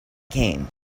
came